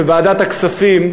בוועדת הכספים,